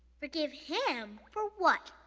forgive him? for what?